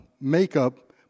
makeup